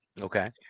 Okay